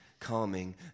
Calming